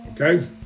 Okay